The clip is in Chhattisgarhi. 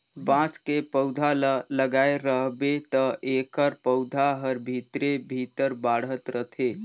बांस के पउधा ल लगाए रहबे त एखर पउधा हर भीतरे भीतर बढ़ात रथे